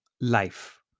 life